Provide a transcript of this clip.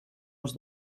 els